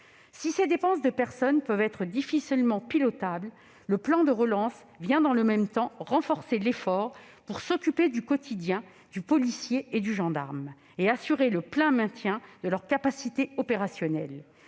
Si ces dépenses de personnes peuvent être difficilement pilotables, le plan de relance vient, dans le même temps, renforcer l'effort pour « s'occuper du quotidien du policier et du gendarme » et assurer le plein maintien de leurs capacités opérationnelles.